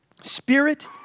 Spirit